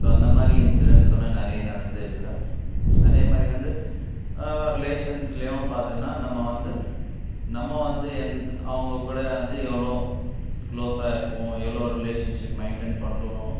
so அந்த மாதிரி இன்சிடென்ட்ஸெல்லாம் நிறைய நடந்துருக்குது அதே மாதிரி வந்து ரிலேஷன்ஸ்லேயும் பார்த்தோன்னா நம்ம வந்து நம்ம வந்து எந் அவங்க கூட வந்து எவ்வளோ க்ளோஸாக இருக்கோம் எவ்வளோ ரிலேஷன்ஷிப் மெயின்டெயின் பண்ணுறோம்